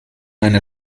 einer